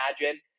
imagine